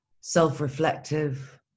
self-reflective